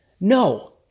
No